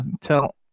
tell